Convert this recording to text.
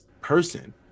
person